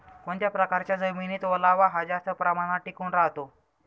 कोणत्या प्रकारच्या जमिनीत ओलावा हा जास्त प्रमाणात टिकून राहतो?